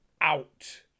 out